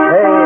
Hey